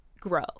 grow